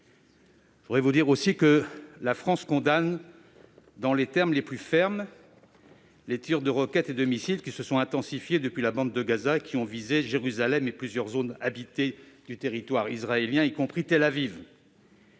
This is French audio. retour au cessez-le-feu à Gaza. La France condamne dans les termes les plus fermes les tirs de roquettes et de missiles qui se sont intensifiés depuis la bande de Gaza et ont visé Jérusalem et plusieurs zones habitées du territoire israélien, y compris Tel-Aviv.